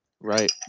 Right